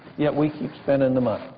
yet we keep spending the money.